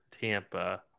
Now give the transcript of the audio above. Tampa